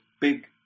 big